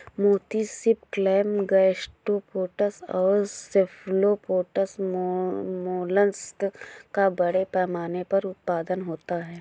मोती सीप, clam, gastropods और सेफलोपोड्स मोलस्क का बड़े पैमाने पर उत्पादन होता है